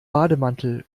bademantel